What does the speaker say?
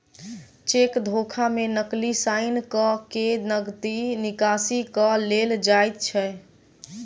cheque धोखा मे नकली साइन क के नगदी निकासी क लेल जाइत छै